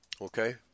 okay